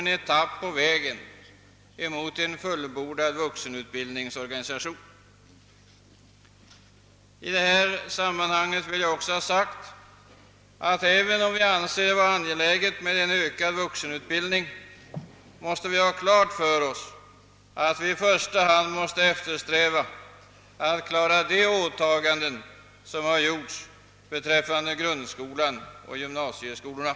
en etapp på vägen mot en fullbordad - vuxenutbildningsorganisation. I' detta sammanhang vill jag också ha sagt, att även om vi anser det vara angeläget : med :en ökad vuxenutbild ning, bör vi ha klart för oss att vi i första hand måste eftersträva att klara de åtaganden som har gjorts beträffande grundskolan och gymnasieskolorna.